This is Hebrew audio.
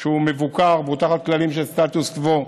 שהוא מבוקר והוא תחת כלים של סטטוס קוו.